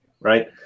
right